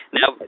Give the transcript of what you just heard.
Now